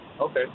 Okay